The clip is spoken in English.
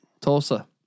Tulsa